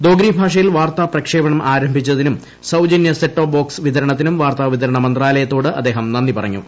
ദോഗ്രി ഭാഷയിൽ വാർത്താ പ്രക്ഷേപണം ആരംഭിച്ചതിനും സൌജന്യ സെറ്റ്ടോപ് ബോക്സ് വിതരണത്തിനും വാർത്താവിതരണ മന്ത്രാലയത്തോട് അദ്ദേഹം നന്ദി പറഞ്ഞു